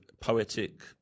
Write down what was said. poetic